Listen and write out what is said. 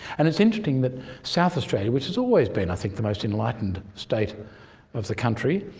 and it's interesting that south australia, which has always been i think the most enlightened state of the country,